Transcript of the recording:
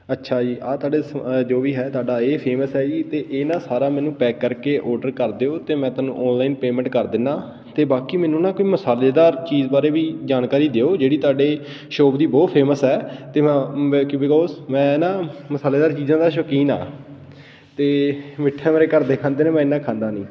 ਅੱਛਾ ਜੀ ਆਹ ਤੁਹਾਡੇ ਸ ਜੋ ਵੀ ਹੈ ਤੁਹਾਡਾ ਇਹ ਫੇਮਸ ਹੈ ਜੀ ਅਤੇ ਇਹ ਨਾ ਸਾਰਾ ਮੈਨੂੰ ਪੈਕ ਕਰਕੇ ਔਡਰ ਕਰ ਦਿਉ ਅਤੇ ਮੈਂ ਤੁਹਾਨੂੰ ਔਨਲਾਈਨ ਪੇਮੈਂਟ ਕਰ ਦਿੰਦਾ ਅਤੇ ਬਾਕੀ ਮੈਨੂੰ ਨਾ ਕੋਈ ਮਸਾਲੇਦਾਰ ਚੀਜ਼ ਬਾਰੇ ਵੀ ਜਾਣਕਾਰੀ ਦਿਉ ਜਿਹੜੀ ਤੁਹਾਡੇ ਸ਼ੋਪ ਦੀ ਬਹੁਤ ਫੇਮਸ ਹੈ ਅਤੇ ਮੈਂ ਬੀਕੋਸ ਮੈਂ ਨਾ ਮਸਾਲੇਦਾਰ ਚੀਜ਼ਾਂ ਦਾ ਸ਼ੌਕੀਨ ਹਾਂ ਅਤੇ ਮਿੱਠਾ ਮੇਰੇ ਘਰਦੇ ਖਾਂਦੇ ਨੇ ਮੈਂ ਇੰਨਾ ਖਾਂਦਾ ਨਹੀਂ